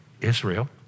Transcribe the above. Israel